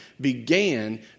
began